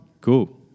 Cool